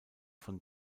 von